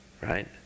Right